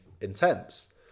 intense